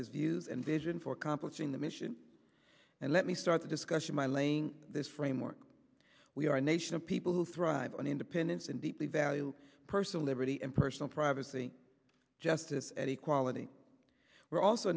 and vision for complicating the mission and let me start the discussion by laying this framework we are a nation of people who thrive on independence and deeply value personal liberty and personal privacy justice and equality we're also